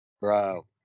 bro